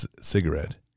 cigarette